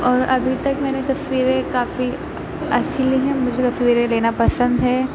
اور ابھی تک میں نے تصویریں کافی اچھی لی ہیں مجھے تصویریں لینا پسند ہے